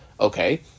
Okay